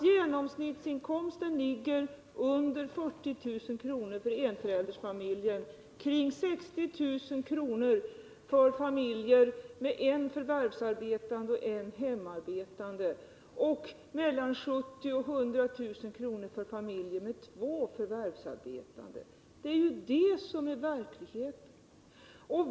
Genomsnittsinkomsten ligger under 40 000 för enföräldersfamiljer, kring 60 000 för familjer med en förvärvsarbetande och en hemmaarbetande förälder och mellan 70 000 och 100 000 kr. för familjer med två förvärvsarbetande. Sådan är verkligheten.